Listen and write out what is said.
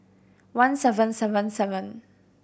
one seven seven seven